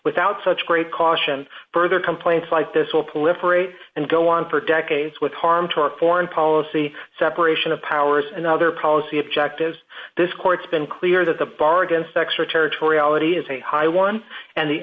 without such great caution further complaints like this all political weight and go on for decades with harm to our foreign policy separation of powers and other policy objectives this court's been clear that the bar against extraterritoriality is a high one and the